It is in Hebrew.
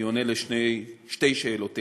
אני עונה על שתי שאלותיך: